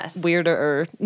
weirder –